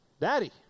Daddy